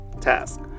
task